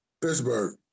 Pittsburgh